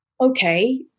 okay